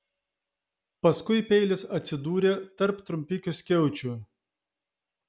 paskui peilis atsidūrė tarp trumpikių skiaučių